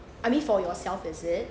I mean for yourself is it